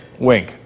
wink